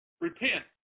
repent